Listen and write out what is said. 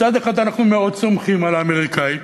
מצד אחד אנחנו מאוד סומכים על האמריקנים,